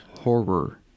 Horror